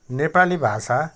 नेपाली भाषा